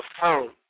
phone